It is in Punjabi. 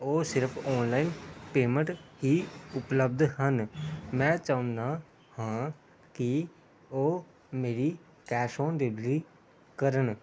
ਉਹ ਸਿਰਫ ਔਨਲਾਈਨ ਪੇਮੈਂਟ ਹੀ ਉਪਲਬਧ ਹਨ ਮੈਂ ਚਾਹੁੰਦਾ ਹਾਂ ਕਿ ਉਹ ਮੇਰੀ ਕੈਸ਼ ਔਨ ਡਿਲੀਵਰੀ ਕਰਨ